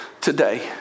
today